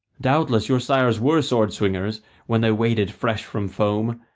doubtless your sires were sword-swingers when they waded fresh from foam,